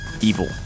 Evil